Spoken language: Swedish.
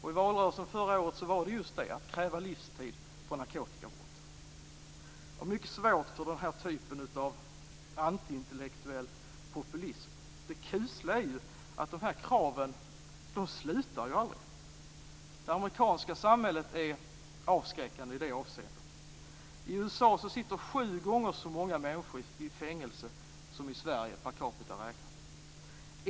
I valrörelsen förra året var det just att kräva livstid för narkotikabrott. Jag har mycket svårt för den här typen av antiintellektuell populism. Det kusliga är ju att de här kraven aldrig slutar. Det amerikanska samhället är avskräckande i det avseendet. I USA sitter sju gånger så många människor i fängelse som i Sverige, per capita räknat.